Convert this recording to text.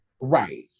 Right